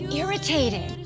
irritated